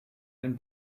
den